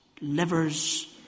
livers